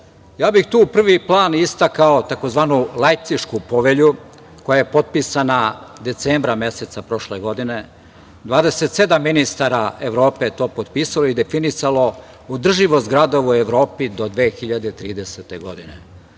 Ja bih tu u prvi plan istakao tzv. Lajpcišku povelju, koja je potpisana decembra meseca prošle godine, 27 ministara Evrope je to potpisalo i definisalo održivost grada u Evropi do 2030. godine. Šta